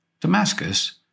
Damascus